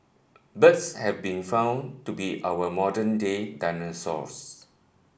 birds have been found to be our modern day dinosaurs